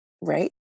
right